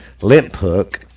Limphook